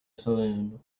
saloon